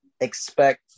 expect